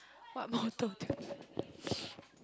what motor do you